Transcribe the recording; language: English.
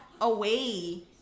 away